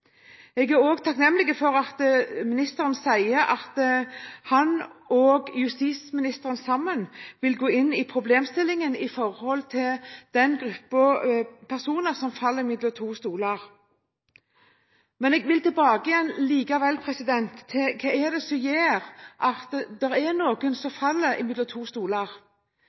Jeg er også takknemlig for at ministeren sier at han og justisministeren sammen vil gå inn i problemstillingen vedrørende den gruppen personer som faller mellom to stoler. Men jeg vil likevel tilbake til hva det er som gjør at noen faller mellom to stoler.